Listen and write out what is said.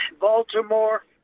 Baltimore